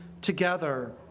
together